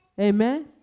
Amen